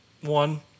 one